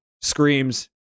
screams